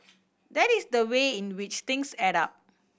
that is the way in which things add up